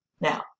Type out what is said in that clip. Now